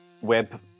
web